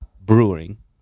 Brewing